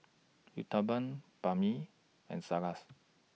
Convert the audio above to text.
Uthapam Banh MI and Salsa